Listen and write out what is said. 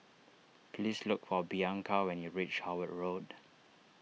please look for Bianca when you reach Howard Road